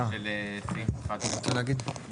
אתה רוצה להגיד?